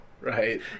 right